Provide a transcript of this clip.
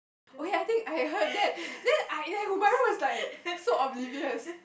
okay I think I heard that then I ya Byron was like so oblivious